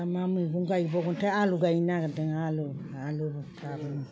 दा मा मैगं गायबावगोन थाय आलु गायनो नागिरदों आलु आलुबो गाबोन